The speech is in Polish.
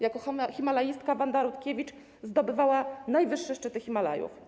Jako himalaistka Wanda Rutkiewicz zdobywała najwyższe szczyty Himalajów.